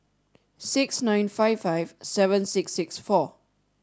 six nine five five seven six six four